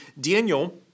Daniel